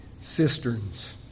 cisterns